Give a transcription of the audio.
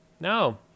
no